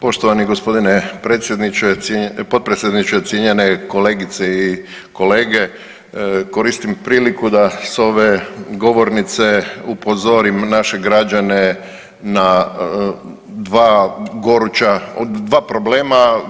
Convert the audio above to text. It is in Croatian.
Poštovani gospodine potpredsjedniče, cijenjene kolegice i kolege koristim priliku da sa ove govornice upozorim naše građane na dva goruća, dva problema.